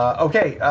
okay,